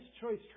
choice